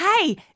hey